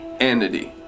anity